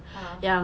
ah